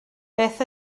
beth